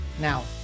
Now